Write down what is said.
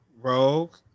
Rogue